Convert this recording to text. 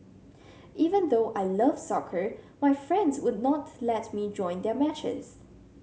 even though I love soccer my friends would not let me join their matches